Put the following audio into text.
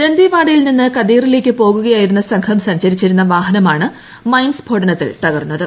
ദന്തേവാഡയിൽ നിന്ന് കദേറിലേക്ക് പോകുകയായിരുന്ന സംഘം സഞ്ചരിച്ചിരുന്ന വാഹനമാണ് മൈൻസ്ഫോടനത്തിൽ തകർന്നത്